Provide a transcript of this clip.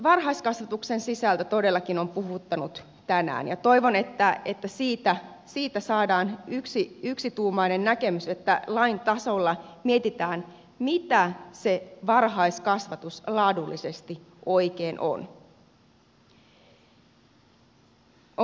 varhaiskasvatuksen sisältö todellakin on puhuttanut tänään ja toivon että siitä saadaan yksituumainen näkemys että lain tasolla mietitään mitä se varhaiskasvatus laadullisesti oikein on